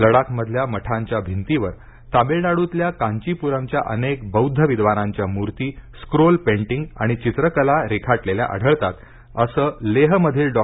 लडाखमधल्या मठांच्या भिंतीवर तमिळनाडूतल्या कांचीप्रमच्या अनेक बौद्ध विद्वानांच्या मूर्ती स्क्रोल पेंटिंग आणि चित्रकला रेखाटलेल्या आढळतात असं लेहमधील डॉ